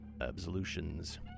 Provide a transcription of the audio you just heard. Absolutions